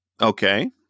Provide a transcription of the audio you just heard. Okay